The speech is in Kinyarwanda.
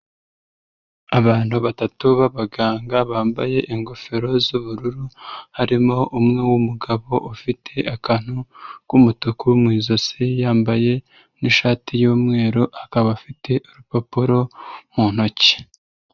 Abantu batatu b'abaganga bambaye ingofero z'ubururu, harimo umwe w'umugabo ufite akantu k'umutuku mu ijosi, yambaye n'ishati y'umweru, akaba afite urupapuro mu ntoki.